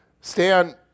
Stan